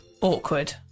Awkward